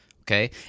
Okay